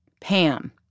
Pam